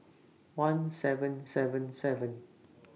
one seven seven seven